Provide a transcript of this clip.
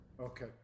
Okay